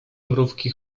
mrówki